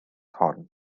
hon